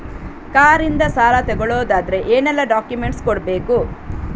Car ಇಂದ ಸಾಲ ತಗೊಳುದಾದ್ರೆ ಏನೆಲ್ಲ ಡಾಕ್ಯುಮೆಂಟ್ಸ್ ಕೊಡ್ಬೇಕು?